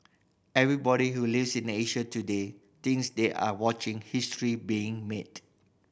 everybody who lives in Asia today thinks they are watching history being made